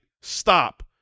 stop